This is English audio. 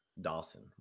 Dawson